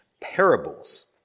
parables